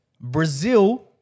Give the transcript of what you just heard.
Brazil